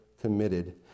committed